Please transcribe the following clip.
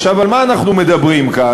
עכשיו, על מה אנחנו מדברים כאן?